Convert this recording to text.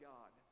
God